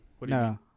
No